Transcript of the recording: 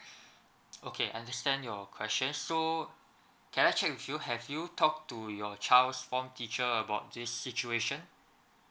okay understand your question so can I check with you have you talk to your child's form teacher about this situation